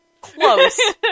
close